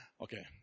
Okay